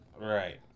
right